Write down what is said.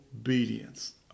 obedience